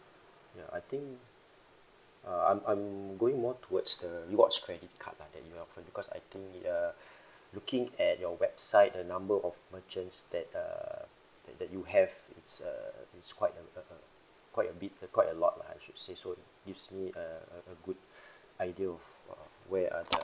ya I think uh I'm I'm going more towards the rewards credit card lah that you offer because I think it uh looking at your website the number of merchants that err that that you have it's uh it's quite uh uh uh quite a bit quite a lot lah I should say so it gives me a a a good idea of uh where are the